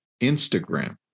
Instagram